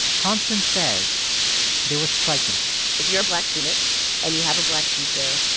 constance says they were striking if you're a black student and you have a black teacher,